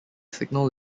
signal